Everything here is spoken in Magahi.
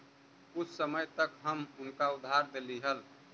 कुछ समय तक हम उनका उधार देली हल